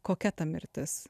kokia ta mirtis